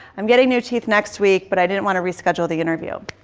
i'm getting new teeth next week, but i didn't want to reschedule the interview.